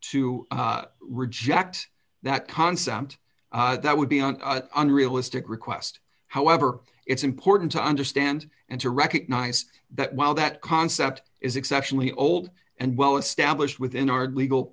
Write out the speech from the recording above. to reject that concept that would be an unrealistic request however it's important to understand and to recognize that while that concept is exceptionally old and well established within our legal